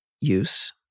use